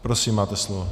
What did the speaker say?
Prosím máte slovo.